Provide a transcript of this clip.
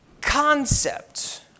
concept